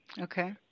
Okay